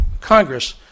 Congress